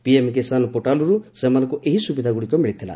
PM Kisan ପୋର୍ଟାଲ୍ରୁ ସେମାନଙ୍କୁ ଏହି ସୁବିଧାଗୁଡ଼ିକ ମିଳିଥିଲା